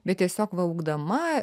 bet tiesiog va augdama